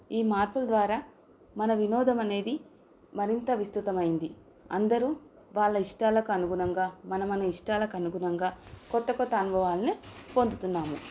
ఈ మార్పుల ద్వారా మన వినోదం అనేది మరింత విస్తుృతమైంది అందరూ వాళ్ళ ఇష్టాలకు అనుగుణంగా మనమన ఇష్టాలకు అనుగుణంగా కొత్త కొత్త అనుభవాల్ని పొందుతున్నాము